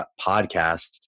Podcast